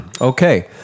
Okay